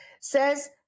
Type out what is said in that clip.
Says